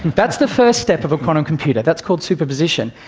that's the first step of a quantum computer, that's called superposition.